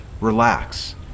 Relax